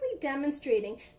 demonstrating